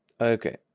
Okay